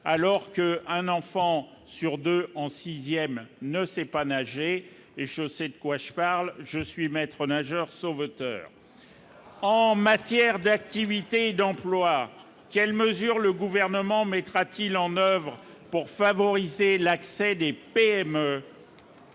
alors que un enfant sur 2 en 6ème ne sait pas nager, je sais de quoi je parle, je suis maître nageur sauveteur en matière d'activité d'emploi: quelles mesures le gouvernement mettra-t-il en oeuvre pour favoriser l'accès des PME.